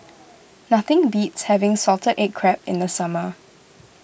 nothing beats having Salted Egg Crab in the summer